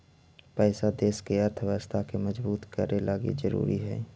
पैसा देश के अर्थव्यवस्था के मजबूत करे लगी ज़रूरी हई